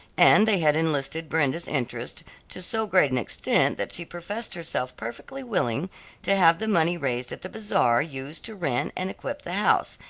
and they had enlisted brenda's interest to so great an extent that she professed herself perfectly willing to have the money raised at the bazaar used to rent and equip the house,